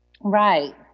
Right